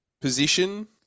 position